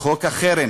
חוק החרם,